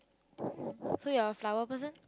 so you are a flower person